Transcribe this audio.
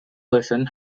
person